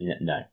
No